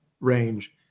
range